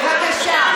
בבקשה.